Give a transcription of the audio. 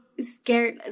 scared